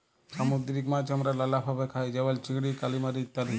সামুদ্দিরিক মাছ আমরা লালাভাবে খাই যেমল চিংড়ি, কালিমারি ইত্যাদি